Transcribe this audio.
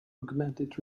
augmented